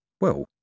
Well